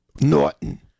Norton